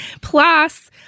Plus